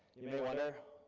you may wonder,